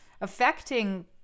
affecting